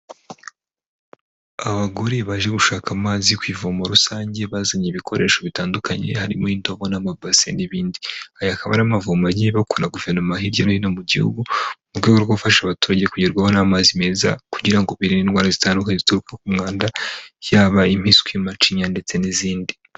Abagore baje gushaka amazi ku ivomo rusange bazanye ibikoresho bitandukanye harimo indobo n'amabase n'ibindi ayakaba ari amavomo yagiye bakora guverinoma hirya no hino mu gihugu mu rwego rwo gufasha abaturage kugerwaho n'amazi meza kugira ngo birinde indwara zitandukanye bituruka ku mwanda yaba impiswi macinya ndetse n'izindi.